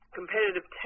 competitive